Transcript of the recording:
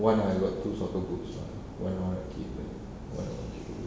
one I got two soccer boots ah why I want to keep it like